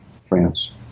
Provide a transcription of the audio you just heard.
France